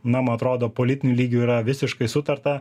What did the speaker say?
mum atrodo politiniu lygiu yra visiškai sutarta